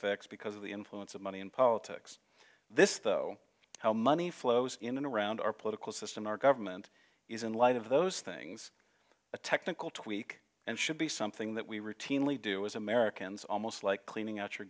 fix because of the influence of money in politics this though how money flows in and around our political system our government is in light of those things a technical tweak and should be something that we routinely do as americans almost like cleaning out your